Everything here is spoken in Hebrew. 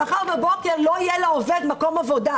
שמחר בבוקר לא יהיה לעובד מקום עבודה,